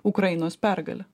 ukrainos pergalę